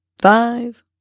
five